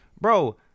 bro